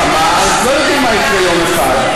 אז לא יודעים מה יקרה יום אחד.